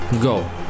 go